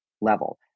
level